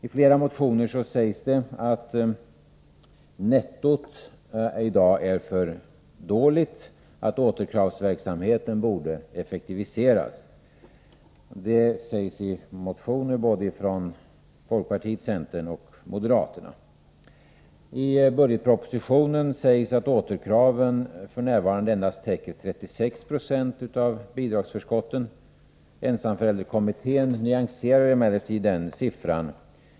I flera motioner sägs att nettot i dag är för dåligt och att återkravsverksamheten borde effektiviseras. Detta sägs i motioner från både folkpartiet, centerpartiet och moderata samlingspartiet. I budgetpropositionen sägs att återkraven f.n. endast täcker 36 70 av bidragsförskotten. Ensamförälderkommittén nyanserar emellertid den siffran.